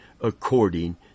according